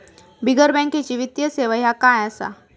बिगर बँकेची वित्तीय सेवा ह्या काय असा?